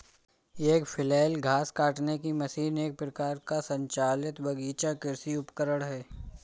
एक फ्लैल घास काटने की मशीन एक प्रकार का संचालित बगीचा कृषि उपकरण है